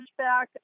pushback